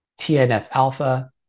TNF-alpha